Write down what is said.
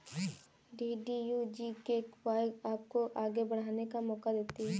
DDU GKY आपको आगे बढ़ने का मौका देती है